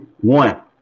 one